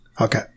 Okay